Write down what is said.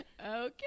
Okay